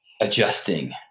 adjusting